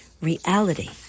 reality